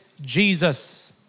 Jesus